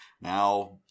Now